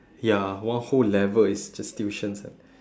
ya one whole level is just tuition centre